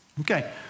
Okay